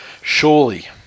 surely